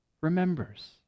remembers